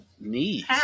knees